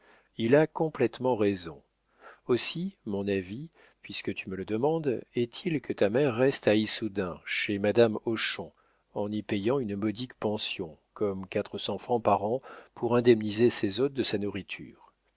il a complétement raison aussi mon avis puisque tu me le demandes est-il que ta mère reste à issoudun chez madame hochon en y payant une modique pension comme quatre cents francs par an pour indemniser ses hôtes de sa nourriture